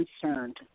concerned